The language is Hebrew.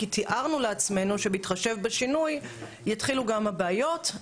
כי תיארנו לעצמנו שבהתחשב בשינוי יתחילו גם הבעיות.